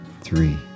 three